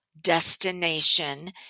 destination